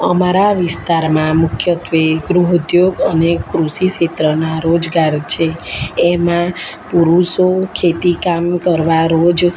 અમારા વિસ્તારમાં મુખ્યત્ત્વે ગૃહ ઉદ્યોગ અને કૃષિ ક્ષેત્રના રોજગાર છે એમાં પુરુષો ખેતીકામ કરવા રોજ